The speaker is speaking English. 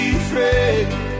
afraid